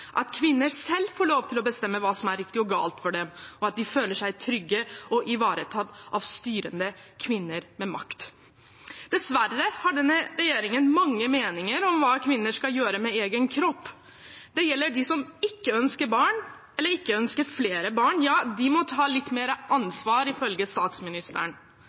at kvinner selv vil få lov til å bestemme hva som er riktig og galt for dem, og at de føler seg trygge og ivaretatt av styrende kvinner med makt. Dessverre har denne regjeringen mange meninger om hva kvinner skal gjøre med egen kropp. Det gjelder dem som ikke ønsker barn, eller ikke ønsker flere barn; de må ta litt mer ansvar, ifølge statsministeren.